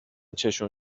چششون